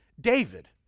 David